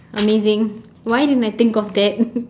amazing why didn't I think of that